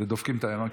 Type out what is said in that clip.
דופקים את העיראקים.